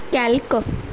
Calc